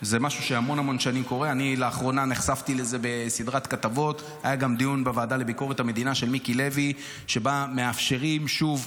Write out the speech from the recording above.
יש לי סט ערכים שונה משלכם.